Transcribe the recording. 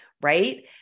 right